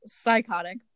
psychotic